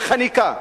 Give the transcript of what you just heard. וגם "חניקת"